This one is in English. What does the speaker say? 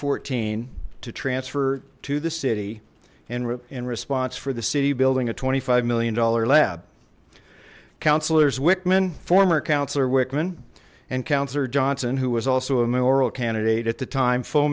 fourteen to transfer to the city en route in response for the city building a twenty five million dollar lab councillors whitman former counselor whitman and councillor johnson who was also a moral candidate at the time fo